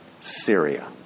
Syria